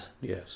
Yes